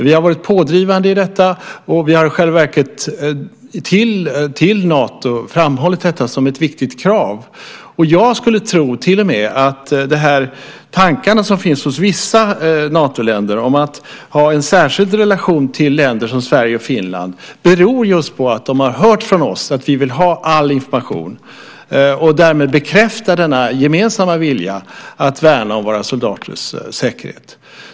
Vi har varit pådrivande i detta, och i själva verket har vi för Nato framhållit det som ett viktigt krav. Jag skulle till och med tro att de tankar som finns hos vissa Natoländer om att ha en särskild relation till länder som Sverige och Finland just beror på att de hört från oss att vi vill ha all information, vilket bekräftar den gemensamma viljan att värna om våra soldaters säkerhet.